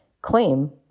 claim